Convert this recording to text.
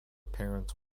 parents